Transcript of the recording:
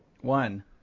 One